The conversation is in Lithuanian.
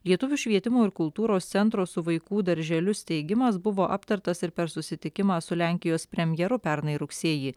lietuvių švietimo ir kultūros centro su vaikų darželiu steigimas buvo aptartas ir per susitikimą su lenkijos premjeru pernai rugsėjį